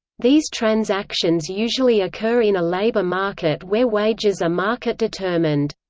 these transactions usually occur in a labour market where wages are market determined.